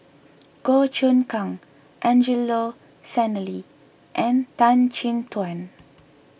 Goh Choon Kang Angelo Sanelli and Tan Chin Tuan